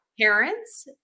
parents